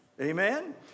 Amen